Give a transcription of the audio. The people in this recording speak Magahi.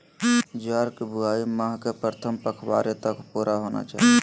ज्वार की बुआई माह के प्रथम पखवाड़े तक पूरा होना चाही